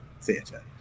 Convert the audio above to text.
theatre